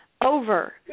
over